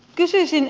kysyisin